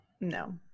no